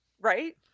right